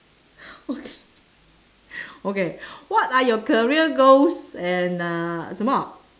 okay okay what are your career goals and uh 什么